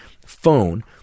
phone